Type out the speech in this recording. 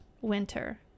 winter